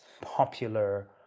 popular